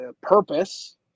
purpose